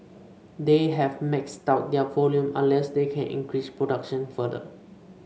they have maxed out their volume unless they can increase production further